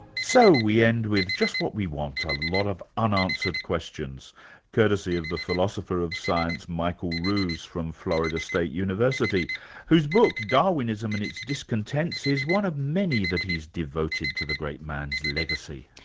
so we end with just what we want a lot of unanswered questions courtesy of the philosopher of science michael ruse from florida state university whose book darwinism and its discontents is one of many he's devoted to the great man's legacy.